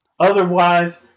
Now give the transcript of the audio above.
Otherwise